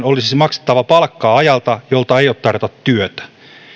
olisi maksettava palkkaa ajalta jolta ei ole tarjota työtä